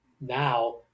now